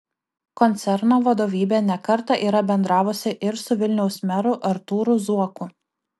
koncerno vadovybė ne kartą yra bendravusi ir su vilniaus meru artūru zuoku